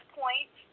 point